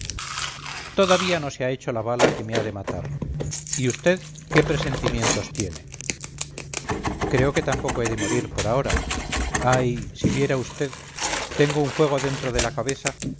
todavía no se ha hecho la bala que me ha de matar y vd qué presentimientos tiene creo que tampoco he de morir por ahora ay si viera vd tengo un fuego dentro de la cabeza